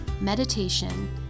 meditation